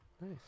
nice